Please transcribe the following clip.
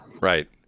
Right